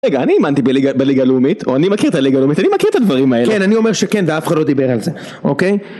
רגע, אני האמנתי בליגה הלאומית, או אני מכיר את הליגה הלאומית, אני מכיר את הדברים האלה. כן, אני אומר שכן, ואף אחד לא דיבר על זה, אוקיי?